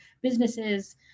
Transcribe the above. businesses